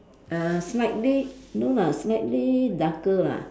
err slightly no lah slightly darker lah